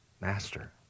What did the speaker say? master